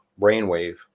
brainwave